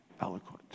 eloquent